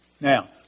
Now